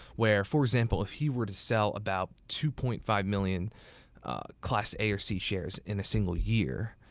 where, for example, if he were to sell about two point five million class a or c shares in a single year,